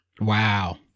Wow